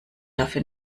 dafür